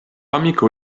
amiko